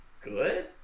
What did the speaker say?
good